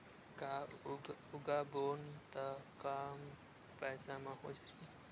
का उगाबोन त कम पईसा म हो जाही?